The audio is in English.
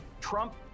trump